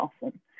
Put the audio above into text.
awesome